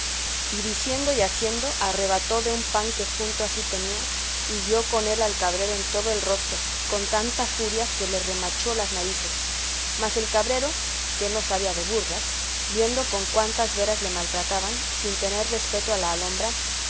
y diciendo y haciendo arrebató de un pan que junto a sí tenía y dio con él al cabrero en todo el rostro con tanta furia que le remachó las narices mas el cabrero que no sabía de burlas viendo con cuántas veras le maltrataban sin tener respeto a la alhombra